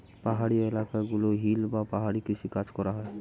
পাহাড়ি এলাকা গুলোতে হিল বা পাহাড়ি কৃষি কাজ করা হয়